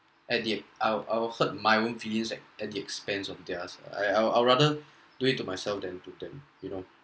at the end I will I will hurt my own feelings like at the expense of theirs lah I I'll I'll rather do it to myself than to them you know